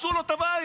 הרסו לו את הבית.